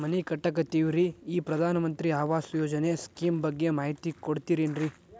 ಮನಿ ಕಟ್ಟಕತೇವಿ ರಿ ಈ ಪ್ರಧಾನ ಮಂತ್ರಿ ಆವಾಸ್ ಯೋಜನೆ ಸ್ಕೇಮ್ ಬಗ್ಗೆ ಮಾಹಿತಿ ಕೊಡ್ತೇರೆನ್ರಿ?